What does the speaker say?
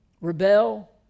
rebel